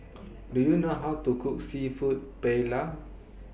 Do YOU know How to Cook Seafood Paella